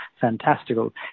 fantastical